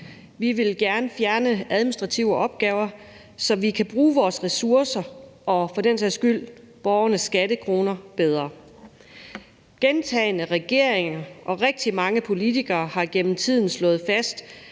Vi vil gerne fjerne administrative opgaver, så vi kan bruge vores ressourcer og for den sags skyld også borgernes skattekroner bedre. Mange regeringer og rigtig mange politikere har gennem tiden slået fast,